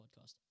podcast